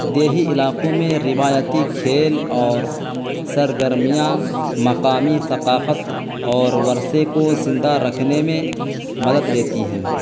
دیہی علاقوں میں روایتی کھیل اور سرگرمیاں مقامی ثقافت اور ورثے کو زندہ رکھنے میں مدد دیتی ہیں